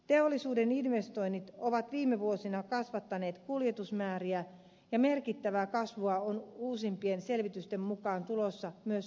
teollisuuden investoinnit ovat viime vuosina kasvattaneet kuljetusmääriä ja merkittävää kasvua on uusimpien selvitysten mukaan tulossa myös lähivuosille